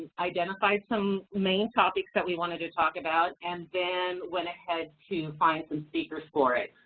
identified some main topics that we wanted to talk about, and then went ahead to find some speakers for it.